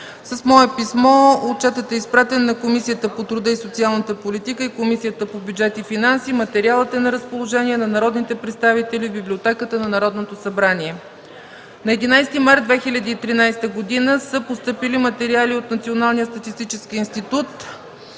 С мое писмо отчетът е изпратен на Комисията по труда и социалната политика и на Комисията по бюджет и финанси. Материалът е на разположение на народните представители в Библиотеката на Народното събрание. На 11 март 2013 г. са постъпили материали от Националния статистически институт,